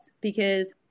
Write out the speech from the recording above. because-